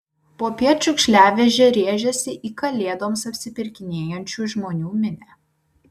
popiet šiukšliavežė rėžėsi į kalėdoms apsipirkinėjančių žmonių minią